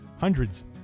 Hundreds